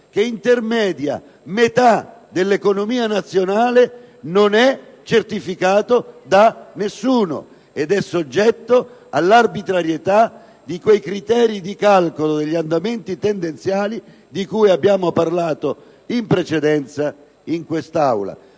che intermedia metà dell'economia nazionale non è certificato da nessuno ed è soggetto all'arbitrarietà di quei criteri di calcolo e agli andamenti tendenziali di cui abbiamo parlato in precedenza in quest'Aula.